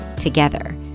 Together